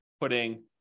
putting